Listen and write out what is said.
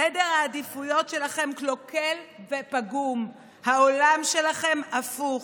סדר העדיפויות שלכם קלוקל ופגום, העולם שלכם הפוך.